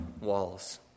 walls